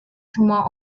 semua